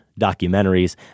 documentaries